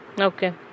Okay